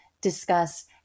discuss